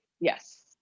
Yes